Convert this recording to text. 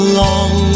long